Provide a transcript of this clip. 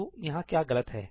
तो यहाँ क्या गलत है